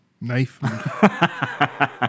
knife